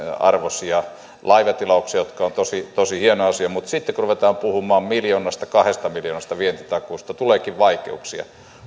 arvoisia laivatilauksia jotka ovat tosi tosi hieno asia mutta sitten kun ruvetaan puhumaan miljoonasta kahdesta miljoonasta vientitakuusta tuleekin vaikeuksia